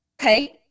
okay